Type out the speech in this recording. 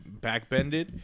Backbended